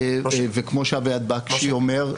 וכמו שאביעד בקשי אומר,